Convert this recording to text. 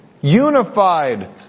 unified